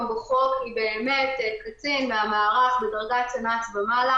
בחוק היא באמת קצין מהמערך בדרגת סנ"צ ומעלה.